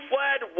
Fled